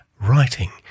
writing